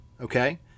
okay